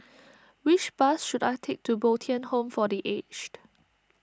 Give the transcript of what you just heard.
which bus should I take to Bo Tien Home for the Aged